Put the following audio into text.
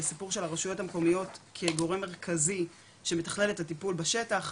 הסיפור של הרשויות המקומית כגורם מרכזי שמתחלל את הטיפול בשטח.